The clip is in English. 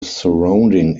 surrounding